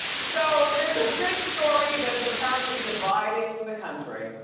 so there's a big story that is apparently dividing the country.